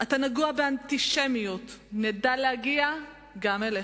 "אתה נגוע באנטישמיות"; "נדע להגיע גם אליך".